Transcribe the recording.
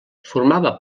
formava